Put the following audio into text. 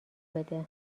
بده